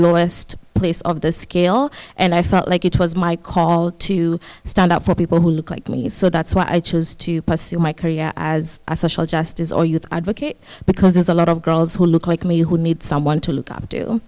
lowest place of the scale and i felt like it was my call to stand up for people who look like me so that's why i chose to pursue my career as a social justice or youth advocate because there's a lot of girls who look like me who need someone to look up to